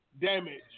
damage